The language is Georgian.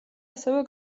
ასევე